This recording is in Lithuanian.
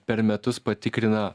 per metus patikrina